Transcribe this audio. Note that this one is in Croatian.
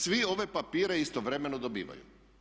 Svi ove papire istovremeno dobivaju.